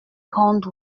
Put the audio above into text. grande